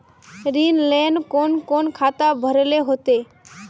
ऋण लेल कोन कोन खाता भरेले होते?